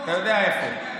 יודע איפה.